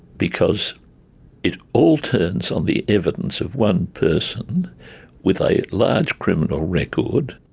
because it all turns on the evidence of one person with a large criminal record.